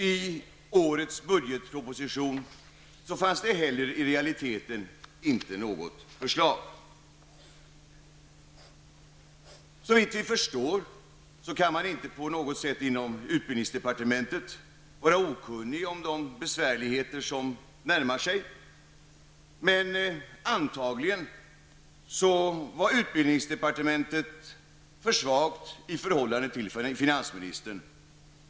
I årets budgetproposition finns det inte heller i realiteten något förslag. Såvitt vi förstår kan man inte på något sätt inom utbildningsdepartementet vara okunnig om de besvärligheter som närmar sig. Antagligen var utbildningsdepartementet för svagt i förhållande till finansministern.